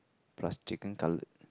plus chicken cutlet